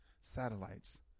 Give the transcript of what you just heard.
satellites